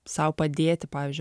sau padėti pavyzdžiui